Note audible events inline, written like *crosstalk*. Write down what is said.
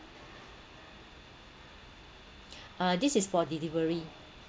*breath* uh this is for delivery